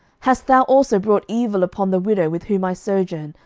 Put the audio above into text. hast thou also brought evil upon the widow with whom i sojourn,